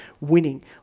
winning